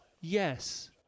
yes